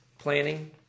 Planning